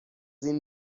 این